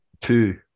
Two